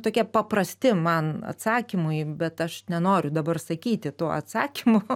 tokie paprasti man atsakymui bet aš nenoriu dabar sakyti tų atsakymų